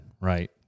right